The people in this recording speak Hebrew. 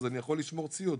אז אני יכול לשמור ציוד.